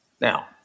Now